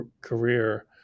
career